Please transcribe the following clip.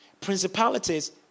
Principalities